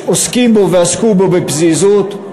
עוסקים בו ועסקו בו בפזיזות,